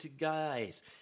guys